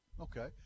Okay